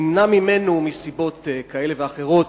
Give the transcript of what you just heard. נמנע ממנו, מסיבות כאלה ואחרות,